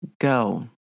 go